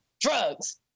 Drugs